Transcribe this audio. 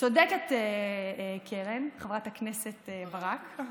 צודקת חברת הכנסת ברק.